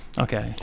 okay